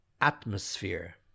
atmosphere